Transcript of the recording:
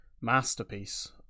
masterpiece